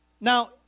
Now